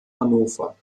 hannover